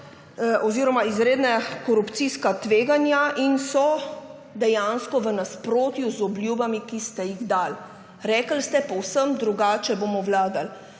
oziroma izredna korupcijska tveganja in so dejansko v nasprotju z obljubami, ki ste jih dali. Rekli ste, povsem drugače bomo vladali.